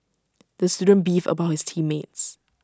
the student beefed about his team mates